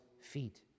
feet